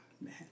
man